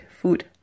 Food